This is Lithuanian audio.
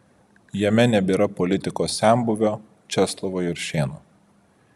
jame nebėra politikos senbuvio česlovo juršėno